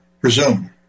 presume